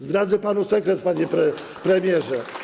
Zdradzę panu sekret, panie premierze.